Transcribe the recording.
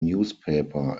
newspaper